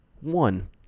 one